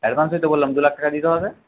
advance দিতে বললাম দু লাখ টাকা দিতে হবে